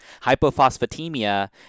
hypophosphatemia